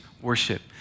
worship